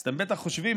אז אתם בטח חושבים,